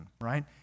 right